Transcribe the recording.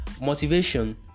motivation